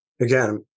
Again